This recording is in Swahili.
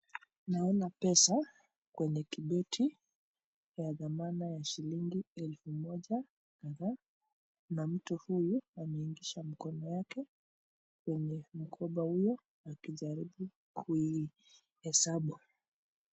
Naona pesa kwenye kibeti ya dhamana ya shilingi elfu moja kadhaa na mtu huyu ameingiza mkono yake kwenye mkoba huyo akijaribu kuihesabu.